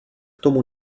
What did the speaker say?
tomu